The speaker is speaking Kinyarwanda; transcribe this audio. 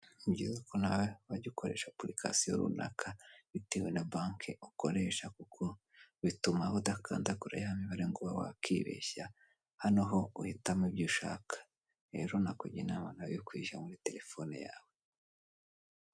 Ni byiza ko nawe wajya ukoresha apurikasiyo(apprication) runaka, bitewe na banki ukoresha kuko bituma udakandagura ya mibare ngo ube wakibeshya, hano ho uhitamo ibyo ushaka. Rero nakugira inama nawe, yo kuyishyira muri telefone yawe.